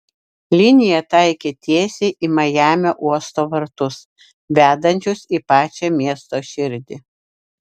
linija taikė tiesiai į majamio uosto vartus vedančius į pačią miesto širdį